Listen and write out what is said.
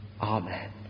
Amen